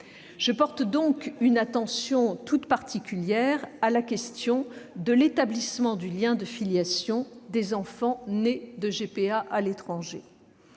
Je prête donc une attention toute particulière à la question de l'établissement du lien de filiation des enfants nés de GPA à l'étranger.